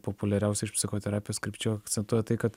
populiariausia iš psichoterapijos krypčių akcentuoja tai kad